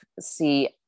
see